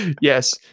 Yes